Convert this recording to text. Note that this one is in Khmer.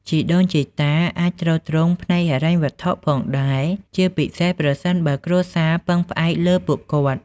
ជីដូនជីតាអាចជួយទ្រទ្រង់ផ្នែកហិរញ្ញវត្ថុផងដែរ ជាពិសេសប្រសិនបើគ្រួសារពឹងផ្អែកលើពួកគាត់។